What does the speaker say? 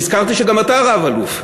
נזכרתי שגם אתה רב-אלוף.